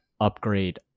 upgrade